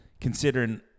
considering